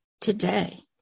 today